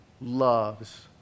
loves